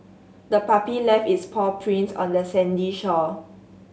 the puppy left its paw prints on the sandy shore